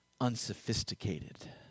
unsophisticated